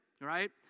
right